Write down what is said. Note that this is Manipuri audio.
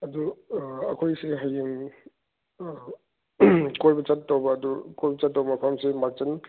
ꯑꯗꯨ ꯑꯩꯈꯣꯏꯁꯦ ꯍꯌꯦꯡ ꯑꯥ ꯀꯣꯏꯕ ꯆꯠꯇꯧꯕ ꯑꯗꯨ ꯀꯣꯏꯕ ꯆꯠꯇꯧꯕ ꯃꯐꯝꯁꯤ ꯃꯥꯔꯖꯤꯡ